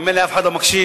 ממילא אף אחד לא מקשיב,